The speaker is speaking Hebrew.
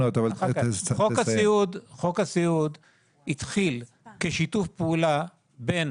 חוק הסיעוד התחיל כשיתוף פעולה בין